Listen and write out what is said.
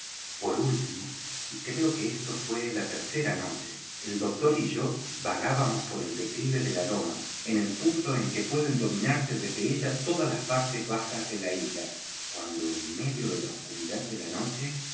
por último y creo que esto fué la tercera noche el doctor y yo vagábamos por el declive de la loma en el punto en que pueden dominarse desde ella todas las partes bajas de la isla cuando en medio de la oscuridad de la noche